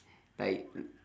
like